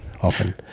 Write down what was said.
often